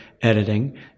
editing